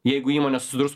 jeigu įmonė susidurs